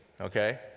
Okay